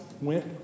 went